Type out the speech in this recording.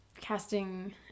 casting